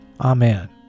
Amen